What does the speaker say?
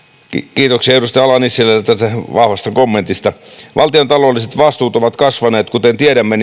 kiitoksia edustaja ala nissilälle tästä vahvasta kommentista valtiontaloudelliset vastuut ovat kasvaneet kuten tiedämme